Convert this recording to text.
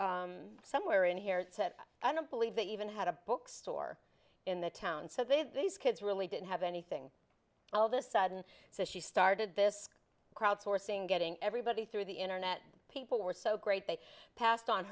have somewhere in here i don't believe that even had a bookstore in the town so that these kids really didn't have anything all this sudden so she started this crowdsourcing getting everybody through the internet people were so great they passed on